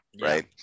right